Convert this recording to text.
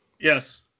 Yes